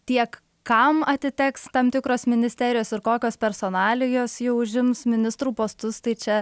tiek kam atiteks tam tikros ministerijos ir kokios personalijos jų užims ministrų postus tai čia